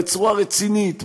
בצורה רצינית,